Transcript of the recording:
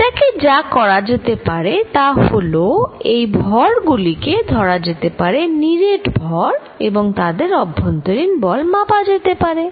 এটাকে যা করা যেতে পারে তা হল এই ভর গুলিকে ধরা যেতে পারে নিরেট ভর এবং তাদের অভ্যন্তরীণ বল মাপা যেতে পারে